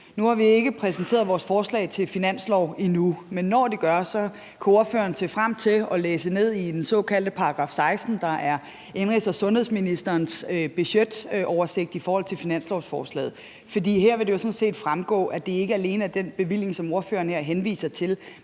Nu har vi ikke præsenteret vores forslag til finanslov endnu, men når vi gør det, kan ordføreren se frem til at læse den såkaldte § 16, der er indenrigs- og sundhedsministerens budgetoversigt i finanslovsforslaget. For her vil det jo sådan set fremgå, at det ikke alene er den bevilling, som ordføreren her henviser til,